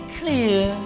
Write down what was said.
clear